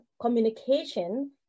communication